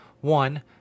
One